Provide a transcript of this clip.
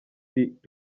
hit